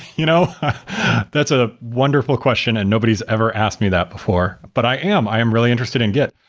you know that's a wonderful question and nobody's ever asked me that before, but i am. i am really interested in git.